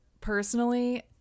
personally